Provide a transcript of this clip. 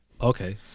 Okay